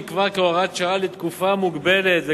נקבע כהוראת שעה לתקופה מוגבלת,